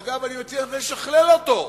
אגב, אני מציע לשכלל אותו,